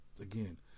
again